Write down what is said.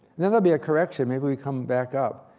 there will be a correction. maybe, we come back up.